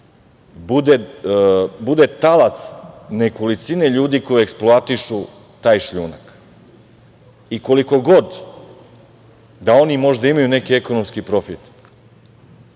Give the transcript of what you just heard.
bude talac nekolicine ljudi koji eksploatišu taj šljunak. Koliko god da oni možda imaju neki ekonomski profit,